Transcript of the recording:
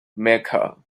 mecca